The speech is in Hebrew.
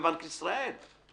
ובנק ישראל.